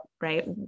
right